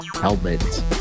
helmet